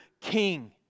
king